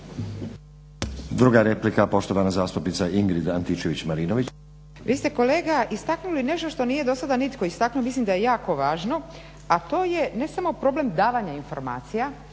Druga replika poštovana zastupnica Ingrid Antičević Marinović. **Antičević Marinović, Ingrid (SDP)** Vi ste kolega istaknuli nešto što nije do sada nitko istaknuo, mislim da je jako važno, a to je ne samo problem davanja informacija